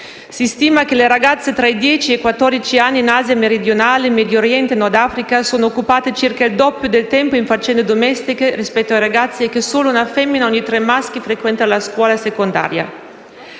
Si stima che le ragazze tra i dieci e i quattordici anni in Asia meridionale, Medio Oriente e Nord Africa sono occupate circa il doppio del tempo in faccende domestiche rispetto ai ragazzi, e che solo una femmina ogni tre maschi frequenta la scuola secondaria.